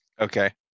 Okay